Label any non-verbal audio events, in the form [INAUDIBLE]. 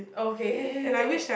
okay [LAUGHS]